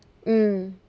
mm